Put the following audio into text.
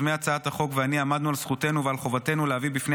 יוזמי הצעת החוק ואני עמדנו על זכותנו ועל חובתנו להביא בפני